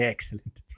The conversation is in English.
Excellent